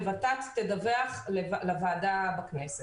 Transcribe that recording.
וות"ת תדווח לוועדה בכנסת.